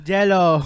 Jello